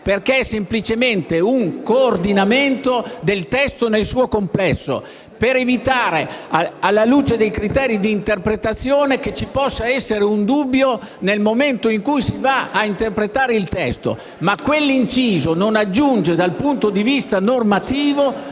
perché è semplicemente un coordinamento del testo nel suo complesso per evitare, alla luce dei criteri di interpretazione, che possa sorgere un dubbio nel momento in cui si va ad interpretare il testo. Quell'inciso, dal punto di vista normativo,